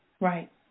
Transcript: Right